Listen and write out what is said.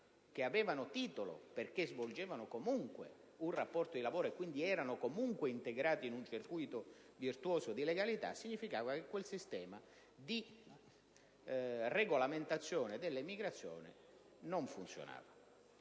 che avevano titolo perché svolgevano comunque un rapporto di lavoro e quindi erano comunque integrati in un circuito virtuoso di legalità, significava che quel sistema di regolamentazione dell'immigrazione non funzionava.